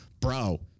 bro